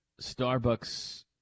Starbucks